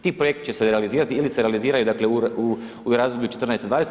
Ti projekti će se realizirati ili se realiziraju dakle u razdoblju '14./'20.